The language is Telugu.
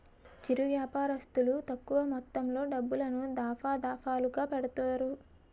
చిరు వ్యాపారస్తులు తక్కువ మొత్తంలో డబ్బులను, దఫాదఫాలుగా పెడతారు